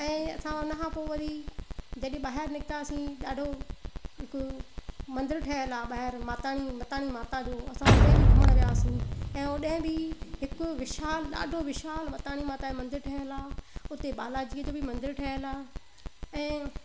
ऐं असां हुन खां पोइ वरी जॾहिं ॿाहिरि निकतासीं ॾाढो हिकु मंदरु ठहियलु आहे ॿाहिरि माताणी मताणी माता जो असां होॾे बि घुमणु वियासीं ऐं होॾे बि हिकु विशाल ॾाढो विशाल मताणी माता जो मंदरु ठहियलु आहे हुते बालाजीअ जो बि मंदरु ठहियलु आहे ऐं